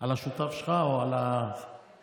על השותף שלך, שותף,